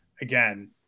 again